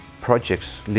projects